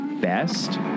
Best